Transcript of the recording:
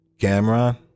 Cameron